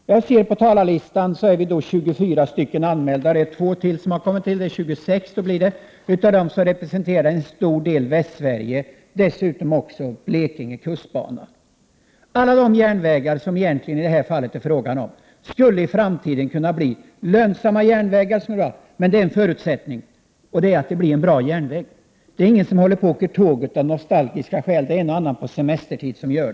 På dagens talarlista finns 26 anmälda till detta ärende, och av dem representerar en stor del Västsverige och även Blekinge. Alla de järnvägar som det är fråga om skulle egentligen kunna bli lönsamma i framtiden, men en förutsättning är att det är bra järnvägar. Det är ingen som åker tåg av nostalgiska skäl — förutom en och annan under semestertider.